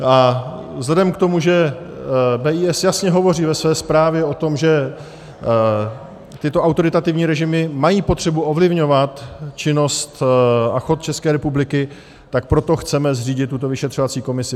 A vzhledem k tomu, že BIS jasně hovoří ve své zprávě o tom, že tyto autoritativní režimy mají potřebu ovlivňovat činnost a chod České republiky, tak proto chceme zřídit tuto vyšetřovací komisi.